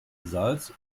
salz